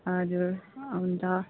हजुर हुन्छ